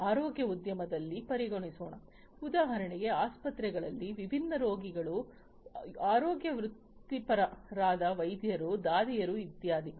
ಆರೋಗ್ಯ ಉದ್ಯಮವನ್ನು ಪರಿಗಣಿಸೋಣ ಉದಾಹರಣೆಗೆ ಆಸ್ಪತ್ರೆಗಳಲ್ಲಿ ವಿಭಿನ್ನ ರೋಗಿಗಳು ಆರೋಗ್ಯ ವೃತ್ತಿಪರರಾದ ವೈದ್ಯರು ದಾದಿಯರು ಇದ್ದಾರೆ